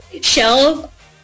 shelf